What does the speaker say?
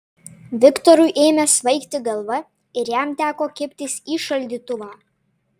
viktorui ėmė svaigti galva ir jam teko kibtis į šaldytuvą